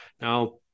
Now